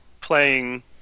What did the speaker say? playing